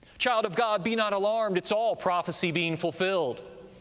child of god, be not alarmed, it's all prophecy being fulfilled.